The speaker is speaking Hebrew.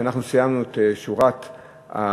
אנחנו סיימנו את שורת המנמקים,